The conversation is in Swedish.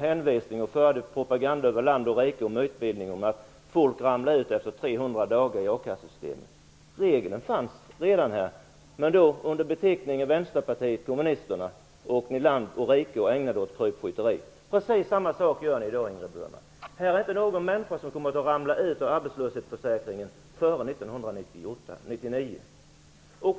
Man förde propaganda över land och rike med mytbildning om att folk ramlar ut ur a-kassesystemet efter 300 dagar. Regeln fanns redan. Under beteckningen Vänsterpartiet kommunisterna åkte ni land och rike runt och ägnade er åt krypskytteri. Precis samma sak gör ni i dag. Det är ingen människa som kommer att ramla ut ur arbetslöshetsförsäkringen före 1999.